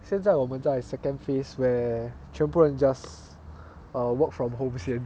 现在我们在 second phase where 全部人 just err work from home 先